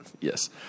Yes